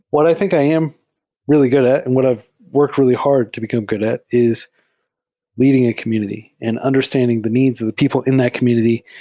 what i think i am really good at and what i've worked really hard to become good at is leading a community and understanding the needs of the people in that community,